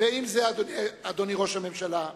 ועם זה, אדוני ראש הממשלה,